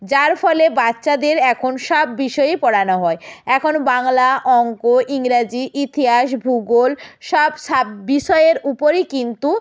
যার ফলে বাচ্চাদের এখন সব বিষয়েই পড়ানো হয় এখন বাংলা অঙ্ক ইংরাজি ইতিহাস ভূগোল সব সাব বিষয়ের উপরই কিন্তু